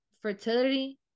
fertility